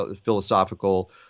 philosophical